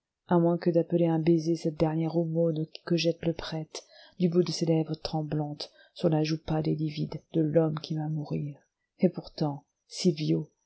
à moins que d'appeler un baiser cette dernière aumône que jette le prêtre du bout de ses lèvres tremblantes sur la joue pâle et livide de l'homme qui va mourir et pourtant sylvio